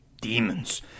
Demons